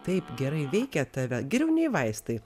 taip gerai veikia tave geriau nei vaistai